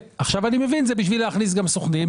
ועכשיו אני מבין שזה בשביל להכניס גם סוכנים,